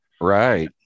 right